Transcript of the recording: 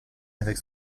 avec